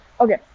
okay